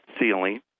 ceiling